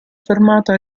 fermata